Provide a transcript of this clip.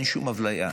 אין שום אפליה.